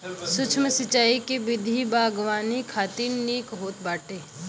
सूक्ष्म सिंचाई के विधि बागवानी खातिर निक होत बाटे